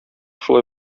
шулай